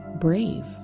brave